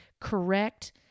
correct